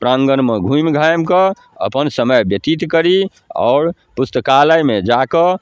प्राङ्गणमे घुमि घामिकऽ अपन समय व्यतीत करी आओर पुस्तकालयमे जाकऽ